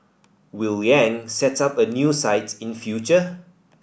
Will Yang set up a new site in future